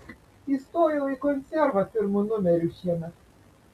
įstojau į konservą pirmu numeriu šiemet